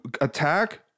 attack